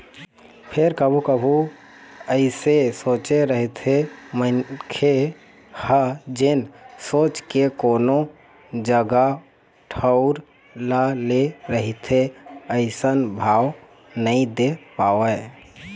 फेर कभू कभू जइसे सोचे रहिथे मनखे ह जेन सोच के कोनो जगा ठउर ल ले रहिथे अइसन भाव नइ दे पावय